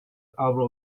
avro